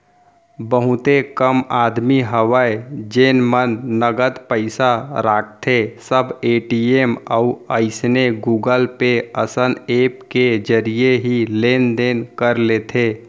बहुते कम आदमी हवय जेन मन नगद पइसा राखथें सब ए.टी.एम अउ अइसने गुगल पे असन ऐप के जरिए ही लेन देन कर लेथे